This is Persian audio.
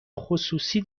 خصوصی